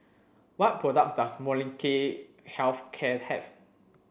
what product does Molnylcke Health Care have